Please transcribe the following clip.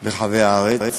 ברחבי הארץ,